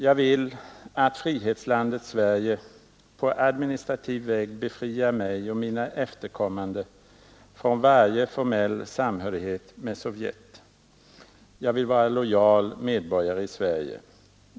Jag vill att frihetslandet Sverige på administrativ väg befriar mig och mina efterkommande från varje formell samhörighet med Sovjet. Jag vill vara lojal medborgare i Sverige.